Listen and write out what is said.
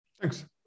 Thanks